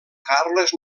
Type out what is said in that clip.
carles